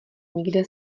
nikde